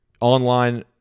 online